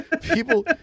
People